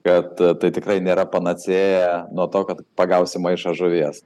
kad tai tikrai nėra panacėja nuo to kad pagausi maišą žuvies